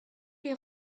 les